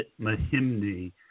Mahimni